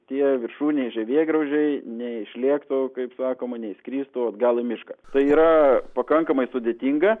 tie viršūniniai žievėgraužiai neišlėktų o kaip sakoma neišskristų atgal į mišką tai yra pakankamai sudėtinga